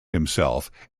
himself